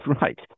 right